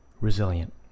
resilient